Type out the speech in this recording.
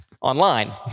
online